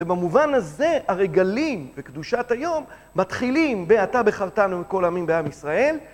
ובמובן הזה הרגלים וקדושת היום מתחילים בהעתה בחרטן ובכל עמים בעם ישראל.